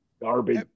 garbage